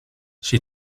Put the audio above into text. she